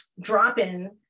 drop-in